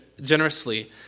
generously